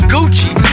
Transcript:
Gucci